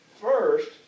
First